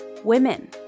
women